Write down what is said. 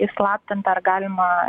įslaptinta ar galima